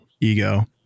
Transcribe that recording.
ego